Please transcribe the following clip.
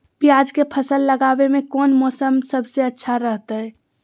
प्याज के फसल लगावे में कौन मौसम सबसे अच्छा रहतय?